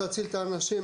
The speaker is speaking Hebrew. תציל את האנשים.